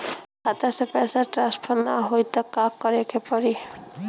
खाता से पैसा टॉसफर ना होई त का करे के पड़ी?